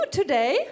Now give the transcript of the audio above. today